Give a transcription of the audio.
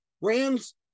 Rams